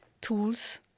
tools